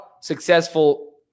successful